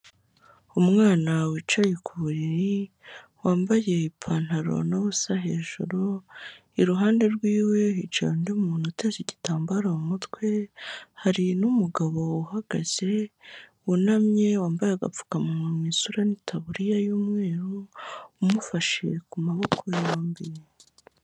Umwana wicaye ku buriri wambaye ipantaro n'ubusa hejuru, iruhande rw'iwe hicaye undi muntu uteze igitambaro mu mutwe, hari umugabo uhagaze wunamye, wambaye agapfukamunwa mu isura, n'itaburiya y'umweru, umufashe ku maboko yombi.